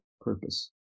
purpose